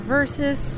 Versus